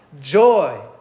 Joy